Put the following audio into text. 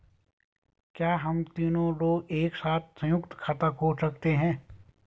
क्या हम तीन लोग एक साथ सयुंक्त खाता खोल सकते हैं?